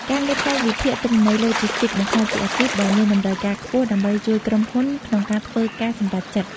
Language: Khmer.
ការងារផ្នែកវិភាគទិន្នន័យឡូជីស្ទីក នឹងក្លាយជាអាជីពដែលមានតម្រូវការខ្ពស់ដើម្បីជួយក្រុមហ៊ុនក្នុងការធ្វើការសម្រេចចិត្ត។